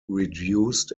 reduced